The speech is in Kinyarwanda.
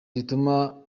zituma